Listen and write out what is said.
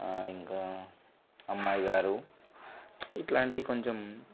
ఇంకా అమ్మాయిగారు ఇట్లాంటివి కొంచం